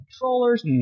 controllers